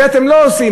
זה אתם לא עושים.